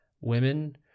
Women